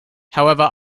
however